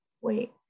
wait